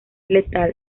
letal